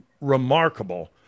remarkable